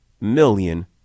million